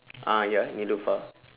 ah ya neelofa